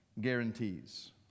guarantees